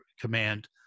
command